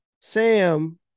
Sam